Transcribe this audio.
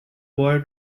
boy